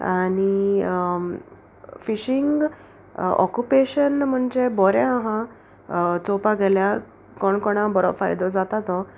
आनी fishing occupation म्हणजे बोरें आहा चोवपा गेल्यार कोण कोणा बोरो फायदो जाता तो